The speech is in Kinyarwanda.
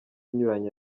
inyuranye